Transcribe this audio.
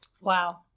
Wow